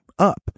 Up